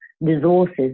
resources